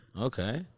Okay